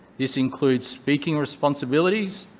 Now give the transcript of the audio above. this includes speaking responsibilities,